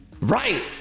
right